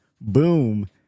boom